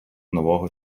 нового